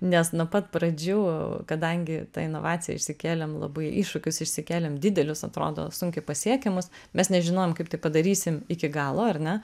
nes nuo pat pradžių kadangi tą inovaciją išsikėlėm labai iššūkius išsikėlėm didelius atrodo sunkiai pasiekiamus mes nežinojom kaip tai padarysim iki galo ar ne